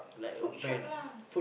food shop lah